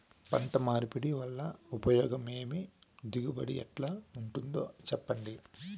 పంట మార్పిడి వల్ల ఉపయోగం ఏమి దిగుబడి ఎట్లా ఉంటుందో చెప్పండి?